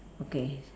okay